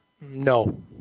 No